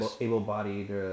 able-bodied